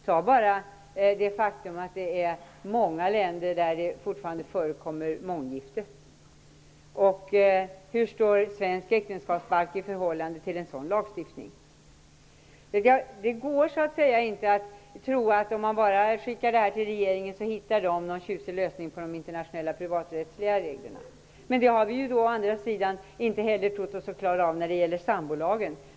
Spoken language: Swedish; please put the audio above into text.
Ta bara det faktum att det är många länder där det fortfarande förekommer månggifte! Hur står svensk äktenskapsbalk i förhållande till en sådan lagstiftning? Man skall inte tro att om man bara skickar över frågan till regeringen så hittar de någon tjusig lösning på de internationella privaträttsliga reglerna. Men det har vi å andra sidan inte heller trott oss att klara av när det gäller sambolagen.